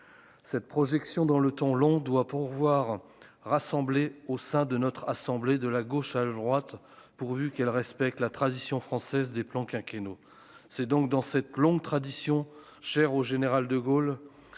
cette projection dans le temps long, doit pouvoir rassembler au sein de notre assemblée de la gauche à la droite, pourvu qu'elle respecte la tradition française des plans quinquennaux, c'est donc dans cette longue tradition chère au général De Gaulle,